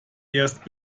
erst